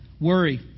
worry